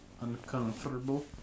Uncomfortable